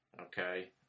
okay